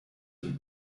and